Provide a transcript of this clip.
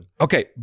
Okay